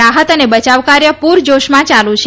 રાહત અને બયાવકાર્ય પૂરજાશમાં ચાલુ છે